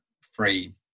free